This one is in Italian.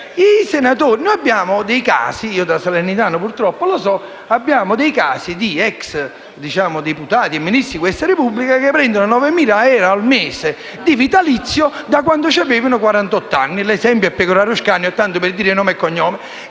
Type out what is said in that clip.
qualcosa. Noi abbiamo dei casi, da salernitano purtroppo lo so, di ex deputati e Ministri di questa Repubblica che prendono 9.000 euro al mese di vitalizio da quando avevano quarantotto anni. L'esempio è Pecoraro Scanio tanto per dire nome e cognome.